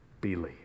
believe